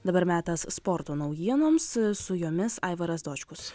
dabar metas sporto naujienoms su jomis aivaras dočkus